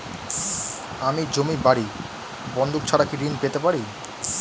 আমি জমি বাড়ি বন্ধক ছাড়া কি ঋণ পেতে পারি?